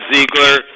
Ziegler